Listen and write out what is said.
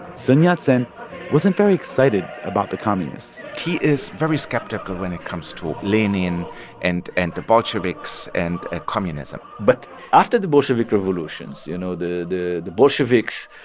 sun yat-sen wasn't very excited about the communists he is very skeptical when it comes to ah lenin and and the bolsheviks and ah communism but after the bolshevik revolutions, you know, the the bolsheviks,